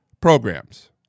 programs